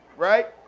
right?